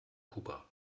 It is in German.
kuba